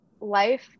life